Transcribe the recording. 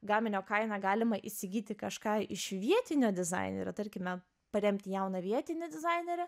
gaminio kainą galima įsigyti kažką iš vietinio dizainerio tarkime paremti jauną vietinį dizainerį